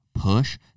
Push